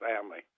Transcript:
family